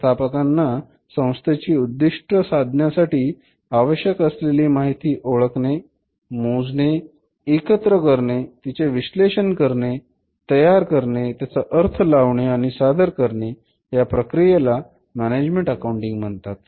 व्यवस्थापकांना संस्थेची उद्दिष्ट साधण्यासाठी आवश्यक असलेली माहिती ओळखणे मोजणे एकत्र करणे तिचे विश्लेषण करणे तयार करणे त्याचा अर्थ लावणे आणि सादर करणे या प्रक्रियेला मॅनेजमेण्ट अकाऊण्टिंग म्हणतात